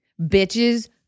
Bitches